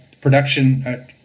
production